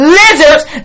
lizards